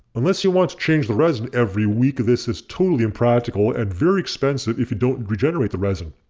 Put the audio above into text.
unless you want to change the resin every week this is totally impractical and very expensive if you don't regenerate the resin.